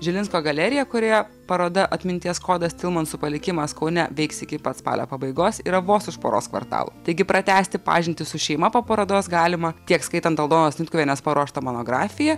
žilinsko galerija kurioje paroda atminties kodas tilmansų palikimas kaune veiks iki pat spalio pabaigos yra vos už poros kvartalų taigi pratęsti pažintį su šeima po parodos galima tiek skaitant aldonos snitkuvienės paruoštą monografiją